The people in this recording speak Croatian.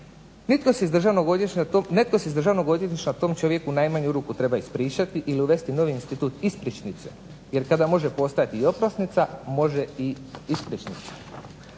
bitno se iz … tom čovjeku u najmanju ruku treba ispričati ili uvesti novi institut ispričnice. Jer kada može postojati i oprosnica može i ispričnica.